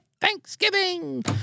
Thanksgiving